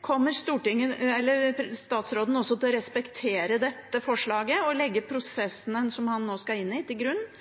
kommer statsråden til å respektere dette forslaget og legge prosessene han nå skal inn i, til grunn –